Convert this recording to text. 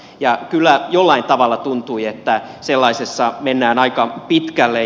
ja kyllä jollain tavalla tuntui että sellaisessa mennään aika pitkälle